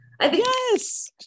Yes